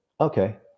okay